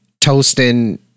toasting